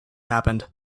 happened